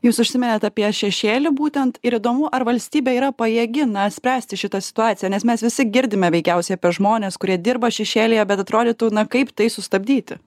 jūs užsiminėt apie šešėlį būtent ir įdomu ar valstybė yra pajėgi na spręsti šitą situaciją nes mes visi girdime veikiausiai apie žmones kurie dirba šešėlyje bet atrodytų na kaip tai sustabdyti